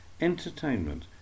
entertainment